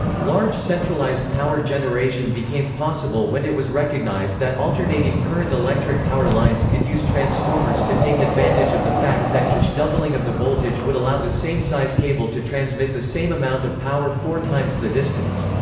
large centralized power generation became possible when it was recognized that alternating current electric power lines could use transformers to take advantage of the fact that each doubling of the voltage would allow the same size cable to transmit the same amount of power four times the distance.